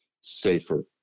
safer